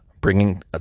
bringing